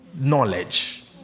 knowledge